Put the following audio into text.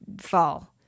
fall